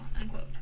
unquote